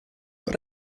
but